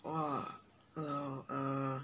!wah! err err